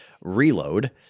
reload